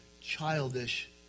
childish